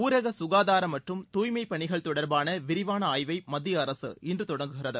ஊரக சுகாதாரம் மற்றும் தூய்மைப் பனிகள் தொடர்பான விரிவான ஆய்வை மத்திய அரசு இன்று தொடங்குகிறது